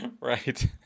Right